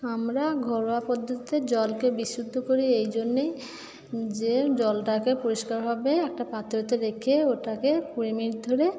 আমরা ঘরোয়া পদ্ধতিতে জলকে বিশুদ্ধ করি এই জন্যেই যে জলটাকে পরিষ্কার হবে একটা পাত্রতে রেখে ওটাকে কুড়ি মিনিট ধরে